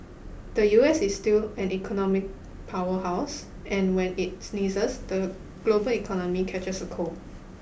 the U S is still an economic power house and when it sneezes the global economy catches a cold